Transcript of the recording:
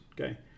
Okay